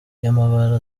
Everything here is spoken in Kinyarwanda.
y’amabara